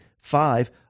five